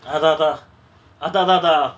அதா அதா அதா ததா:atha atha atha thathaa